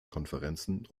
konferenzen